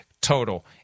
total